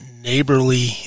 neighborly